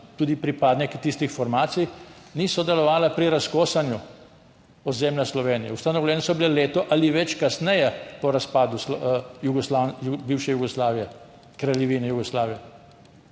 tudi pripadniki tistih formacij, ni sodelovala pri razkosanju ozemlja Slovenije. Ustanovljene so bile leto ali več kasneje, po razpadu bivše Jugoslavije, Kraljevine Jugoslavije.